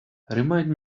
remind